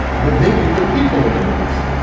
but then you put people in the mix.